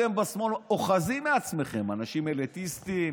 אתם בשמאל אוחזים מעצמכם: אנשים אליטיסטים,